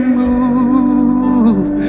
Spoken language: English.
move